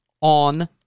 on